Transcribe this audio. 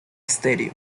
stereo